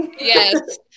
Yes